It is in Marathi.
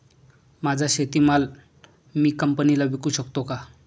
माझा शेतीमाल मी कंपनीला विकू शकतो का?